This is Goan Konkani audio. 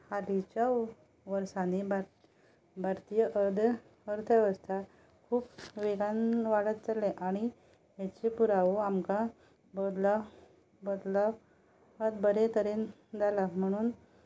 हालींच्या वर्सांनी भार भारतीय अद अर्थवेवस्था खूब वेगान वाडत चल्ल्या आनी हाचे पुरावो आमकां बदला बदलाक आक बरे तरेन जाला म्हणून